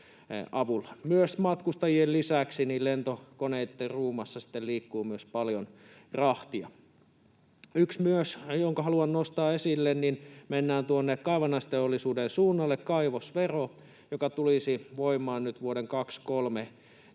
Matkustajien lisäksi lentokoneiden ruumassa sitten liikkuu myös paljon rahtia. Yksi myös, jonka haluan nostaa esille — mennään tuonne kaivannaisteollisuuden suunnalle — on kaivosvero, joka tulisi voimaan nyt vuoden 23